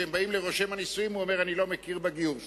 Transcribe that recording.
וכשהם באים לרושם הנישואים הוא אומר: אני לא מכיר בגיור שלכם.